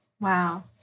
Wow